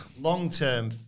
Long-term